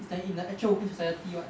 it's like in the actual working society [what]